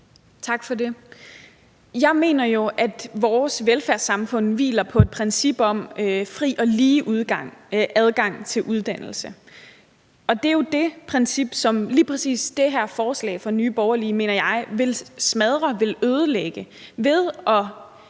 Tak for det. Jeg mener jo, at vores velfærdssamfund hviler på et princip om fri og lige adgang til uddannelse, og det er jo lige præcis det princip, som det her forslag fra Nye Borgerlige, mener jeg, vil smadre, vil ødelægge, ved ikke